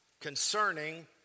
concerning